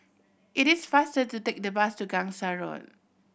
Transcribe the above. it is faster to take the bus to Gangsa Road